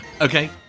Okay